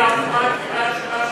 אז שכולם